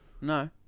No